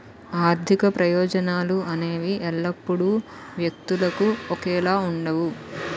ఆర్థిక ప్రయోజనాలు అనేవి ఎల్లప్పుడూ వ్యక్తులకు ఒకేలా ఉండవు